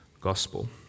gospel